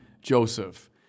Joseph